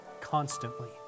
constantly